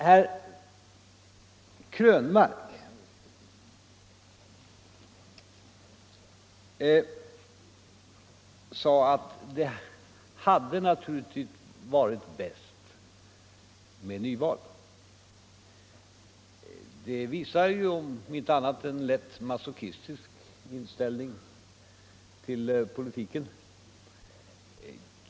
Herr Krönmark sade att det naturligtvis hade varit bäst med nyval. Det visar ju, om inte annat, en lätt masochistisk inställning till politiken.